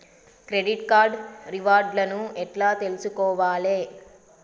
Credit card reward లను ఎట్ల తెలుసుకోవాలే?